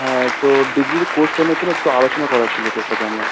হ্যাঁ তো ডিগ্রির কোর্সটা নিয়ে কিনা একটু আলোচনা করার ছিলো তোর সাথে আমার